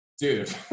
dude